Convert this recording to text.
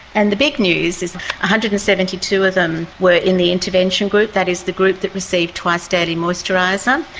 and the big news is one hundred and seventy two of them were in the intervention group, that is the group that received twice-daily moisturiser,